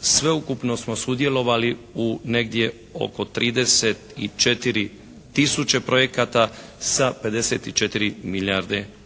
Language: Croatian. sveukupno smo sudjelovali u negdje oko 34 tisuće projekata sa 54 milijarde kuna.